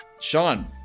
Sean